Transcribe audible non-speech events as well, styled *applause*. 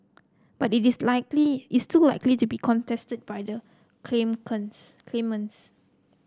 but it is likely it's still likely to be contested by the *unintelligible* claimants